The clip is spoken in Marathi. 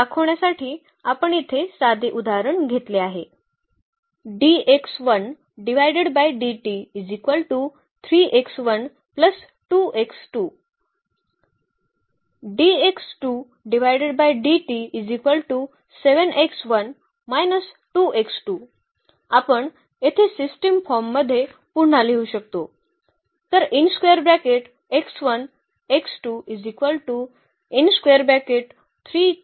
हे दाखवण्यासाठी आपण इथे साधे उदाहरण घेतले आहे आपण येथे सिस्टम फॉर्ममध्ये पुन्हा लिहू शकतो